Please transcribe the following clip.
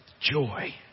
joy